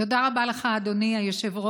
תודה רבה לך, אדוני היושב-ראש.